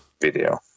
video